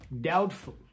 Doubtful